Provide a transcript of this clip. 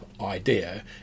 idea